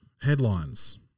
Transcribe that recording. Headlines